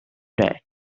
day